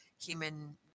human